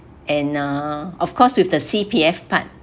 and uh of course with the C_P_F part